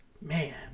man